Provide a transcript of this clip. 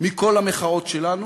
מכל המחאות שלנו,